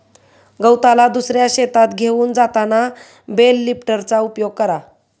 गवताला दुसऱ्या शेतात घेऊन जाताना बेल लिफ्टरचा उपयोग करा